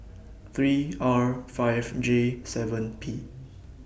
three R five J seven P